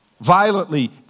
Violently